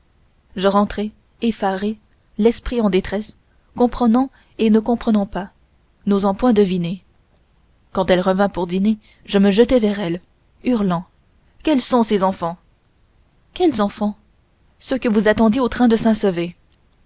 je rentrai effaré l'esprit en détresse comprenant et ne comprenant pas n'osant point deviner quand elle revint pour dîner je me jetai vers elle hurlant quels sont ces enfants quels enfants ceux que vous attendiez au train de saint-sever